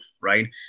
Right